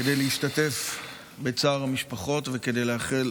כדי להשתתף בצער המשפחות וכדי לאחל